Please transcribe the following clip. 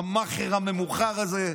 המאכער הממוכר הזה,